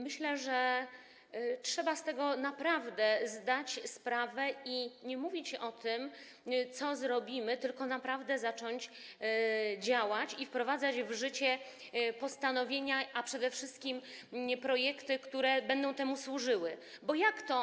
Myślę, że trzeba z tego naprawdę zdać sobie sprawę i nie mówić o tym, co zrobimy, tylko naprawdę zacząć działać i wprowadzać w życie postanowienia, a przede wszystkim projekty, które będą służyły poprawie jakości powietrza.